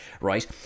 right